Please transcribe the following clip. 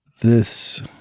This-